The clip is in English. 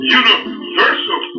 universal